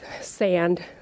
sand